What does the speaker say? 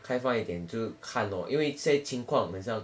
开放一点就看咯因为现在情况很像